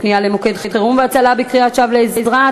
פנייה למוקד חירום והצלה בקריאת שווא לעזרה),